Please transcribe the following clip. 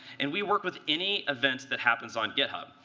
and we work with any events that happens on github.